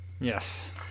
Yes